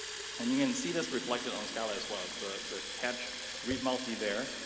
and you can see this reflected on skylight as well. the the cache read multi there,